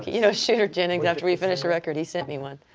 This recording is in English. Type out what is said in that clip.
you know, shooter jennings, after we finished the record, he sent me one.